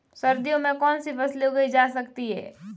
सर्दियों में कौनसी फसलें उगाई जा सकती हैं?